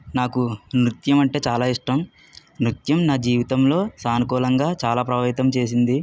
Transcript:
నాకు నృత్యం అంటే చాలా ఇష్టం నృత్యం నా జీవితంలో సానుకూలంగా చాలా ప్రభావితం చేసింది